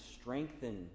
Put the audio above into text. strengthen